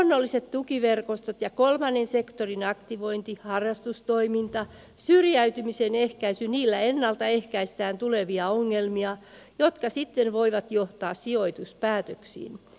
luonnollisilla tukiverkostoilla ja kolmannen sektorin aktivoinnilla harrastustoiminnalla syrjäytymisen ehkäisyllä ennaltaehkäistään tulevia ongelmia jotka sitten voivat johtaa sijoituspäätöksiin